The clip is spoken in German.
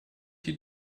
die